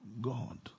God